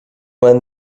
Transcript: when